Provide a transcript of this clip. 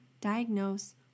diagnose